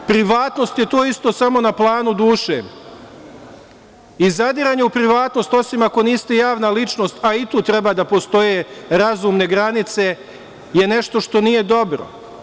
Privatnost je to isto samo na planu duše i zadiranje u privatnost, osim ako niste javna ličnost, a i u tu treba da postoje razumne granice je nešto što nije dobro.